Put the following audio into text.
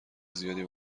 زیادی